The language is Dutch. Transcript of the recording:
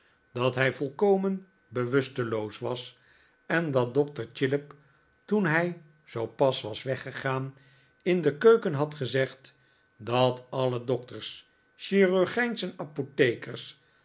dat hij volkomen bewusteloos was en dat dokter chillip david copperfield toen hij zoo pas was weggegaan in de keuken had gezegd dat alle dokters chirurgijns en apothekers